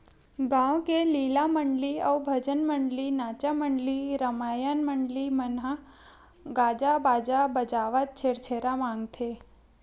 गाँव के लीला मंडली अउ भजन मंडली, नाचा मंडली, रमायन मंडली मन ह गाजा बाजा बजावत छेरछेरा मागथे